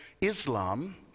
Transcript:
Islam